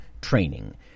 training